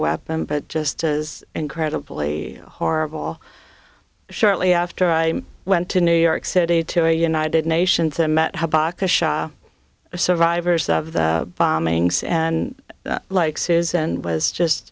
weapon but just as incredibly horrible shortly after i went to new york city to a united nations and met survivors of the bombings and like susan was just